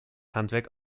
handwerk